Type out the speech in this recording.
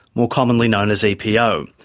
more commonly known as epo.